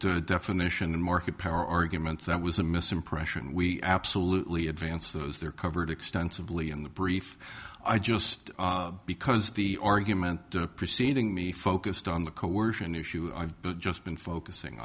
market definition and market power arguments that was a misimpression we absolutely advance those they're covered extensively in the brief i just because the argument preceding me focused on the coercion issue i've been just been focusing